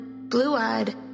blue-eyed